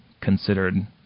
considered